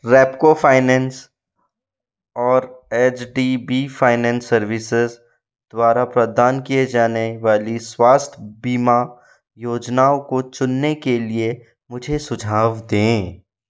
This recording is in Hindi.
रेपको फाइनेंस और H D B finance services द्वारा प्रदान किये जाने वाली स्वास्थ्य बीमा योजनाओं को चुनने के लिए मुझे सुझाव दें